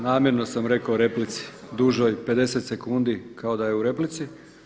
Namjerno sam rekao replici dužoj – 50 sekundi kao da je u replici.